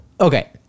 okay